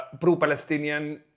pro-Palestinian